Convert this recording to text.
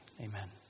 Amen